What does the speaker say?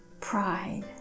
pride